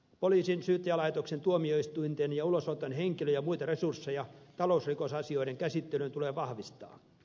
poliisin syyttäjälaitoksen tuomioistuinten ja ulosoton henkilö ja muita resursseja talousrikosasioiden käsittelyyn tulee vahvistaa